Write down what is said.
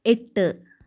എട്ട്